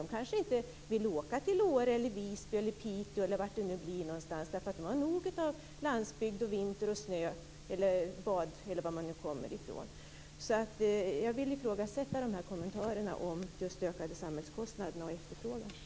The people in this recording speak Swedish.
Man kanske inte vill åka till Åre, Visby eller Piteå eller vad det nu blir, för man har nog av landsbygd, vinter och snö - eller bad beroende på var man nu kommer från. Så jag vill ifrågasätta kommentarerna om de ökade samhällskostnaderna och om efterfrågan.